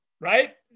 right